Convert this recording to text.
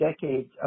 decades